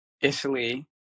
Italy